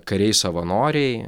kariai savanoriai